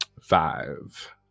Five